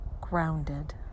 Grounded